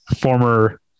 former